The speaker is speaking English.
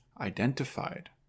identified